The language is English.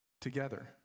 together